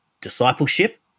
discipleship